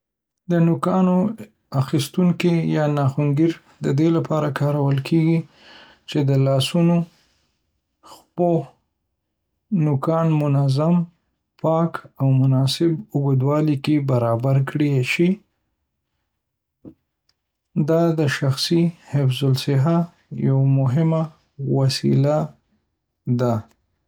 د نوکانو اخیستونکی یا ناخن‌گیر د دې لپاره کارول کېږي چې د لاسونو او پښو نوکان منظم، پاک، او مناسب اوږدوالی کې پرې کړل شي. دا د شخصي حفظ‌الصحه یوه مهمه وسیله ده.